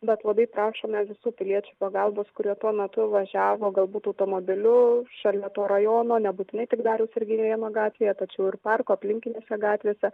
bet labai prašome visų piliečių pagalbos kurie tuo metu važiavo galbūt automobiliu šalia to rajono nebūtinai tik dariaus ir girėno gatvėje tačiau ir parko aplinkinėse gatvėse